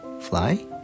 fly